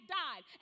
died